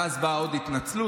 ואז באה עוד התנצלות.